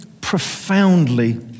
profoundly